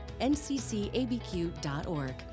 nccabq.org